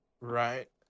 Right